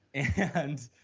and,